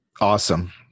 awesome